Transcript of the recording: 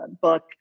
book